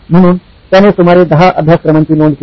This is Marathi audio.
म्हणून त्याने सुमारे 10 अभ्यासक्रमांची नोंद केली